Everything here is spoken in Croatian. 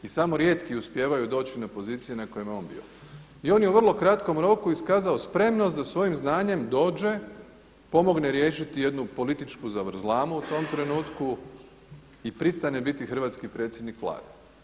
I samo rijetki uspijevaju doći na pozicije na kojima je on bio i on je u vrlo kratkom roku iskazao spremnost da svojim znanjem dođe, pomogne riješiti jednu političku zavrzlamu u tom trenutku i pristane biti hrvatski predsjednik vlade.